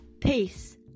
Peace